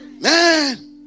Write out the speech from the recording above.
Man